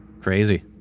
crazy